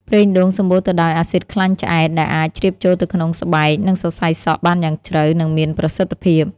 ប្រេងដូងសម្បូរទៅដោយអាស៊ីតខ្លាញ់ឆ្អែត ដែលអាចជ្រាបចូលទៅក្នុងស្បែក និងសរសៃសក់បានយ៉ាងជ្រៅ និងមានប្រសិទ្ធភាព។